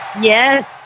Yes